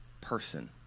person